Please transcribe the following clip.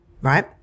right